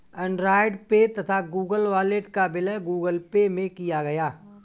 Android Pay तथा Google Wallet का विलय गूगल पे में किया गया